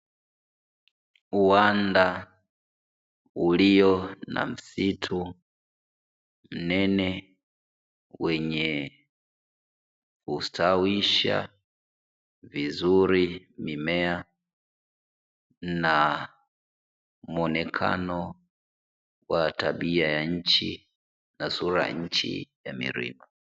Uwanda ulio na msitu mnene wenye kustawisha vizuri mimea, na muonekano wa tabia ya nchi na sura ya nchi ya milima.